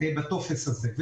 בטופס הזה.